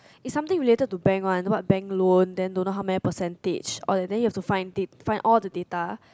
is something related to bank one about bank loan then don't know how many percentage or then you have to find date find all the data